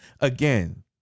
again